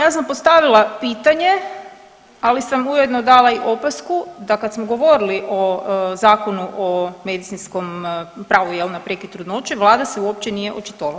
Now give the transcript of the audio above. Ja sam postavila pitanje, ali sam ujedno dala i opasku da kad smo govorili o Zakonu o medicinskom pravu jel na prekid trudnoće vlada se uopće nije očitovala.